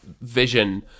vision